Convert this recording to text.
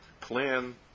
plan